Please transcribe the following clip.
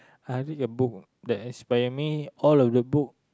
I read a book that as by me all of the book